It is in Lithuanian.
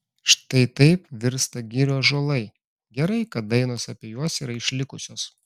štai taip virsta girių ąžuolai gerai kad dainos apie juos yra išlikusios